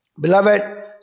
Beloved